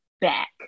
back